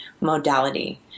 modality